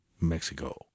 Mexico